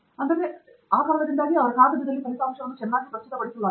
ಆದ್ದರಿಂದ ಇದು ಬಹಳ ಚೆನ್ನಾಗಿ ಕಾಗದದಲ್ಲಿ ಪ್ರಸ್ತುತಪಡಿಸಲಾಗಿದೆ